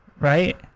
Right